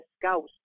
scouts